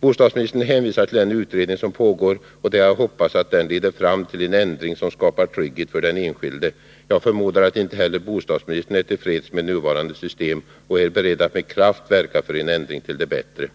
Bostadsministern hänvisar till den utredning som pågår, och det är att hoppas att den leder fram till en ändring som skapar trygghet för den enskilde. Jag förmodar att inte heller bostadsministern är till freds med nuvarande system och att hon är beredd att med kraft verka för en ändring till det bättre.